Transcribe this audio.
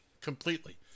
completely